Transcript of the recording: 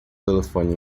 telefone